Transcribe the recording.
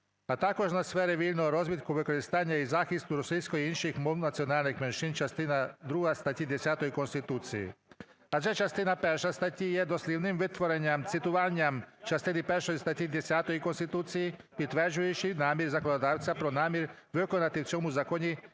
"а також на сфери вільного розвитку використання і захисту російської і інших мов національних меншин" (частина друга статті 10 Конституції). Адже частина перша статті є дослівним витворенням, цитуванням частини першої статті 10 Конституції, підтверджуючий намір закладається про намір виконати в цьому законі